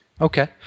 Okay